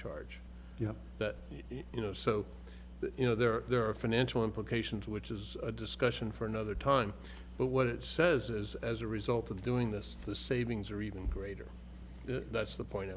know that you know so you know there are there are financial implications which is a discussion for another time but what it says is as a result of doing this the savings are even greater that's the point